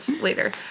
later